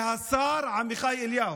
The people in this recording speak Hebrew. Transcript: והשר עמיחי אליהו,